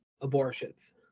abortions